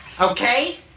Okay